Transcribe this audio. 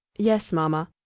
yes, mamma.